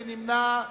מי נמנע?